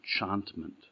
enchantment